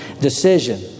decision